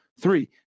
Three